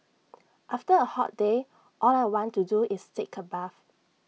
after A hot day all I want to do is take A bath